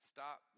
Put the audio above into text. Stop